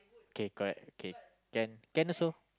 kay correct kay can can also